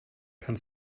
kann